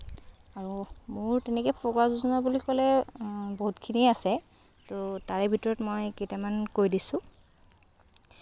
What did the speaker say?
আৰু মোৰো তেনেকে ফকৰা যোজনা বুলি ক'লে বহুতখিনি আছে ত' তাৰে ভিতৰত মই কেইটামান কৈ দিছোঁ